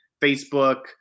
Facebook